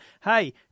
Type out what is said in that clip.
Hey